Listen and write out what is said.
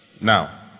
Now